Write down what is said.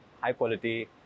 high-quality